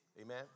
Amen